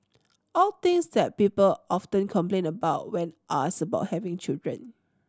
all things that people often complain about when asked about having children